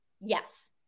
Yes